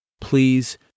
please